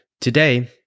Today